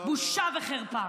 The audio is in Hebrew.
בושה וחרפה.